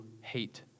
hate